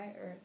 earth